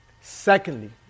Secondly